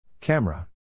Camera